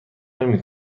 نمی